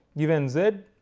given z,